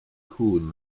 cŵn